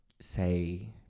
say